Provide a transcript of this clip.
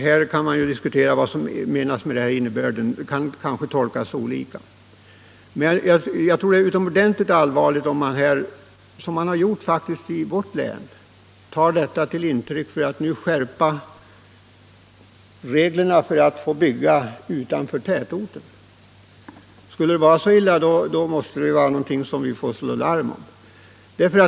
Innebörden i uttalandet kanske kan tolkas på olika sätt, men jag tror det är utomordentligt allvarligt om man — som man faktiskt har gjort i vårt län — tar detta till intäkt för att nu skärpa villkoren för att få bygga utanför vissa tätorter. Skulle det vara så illa, då måste vi ju slå larm.